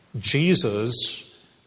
Jesus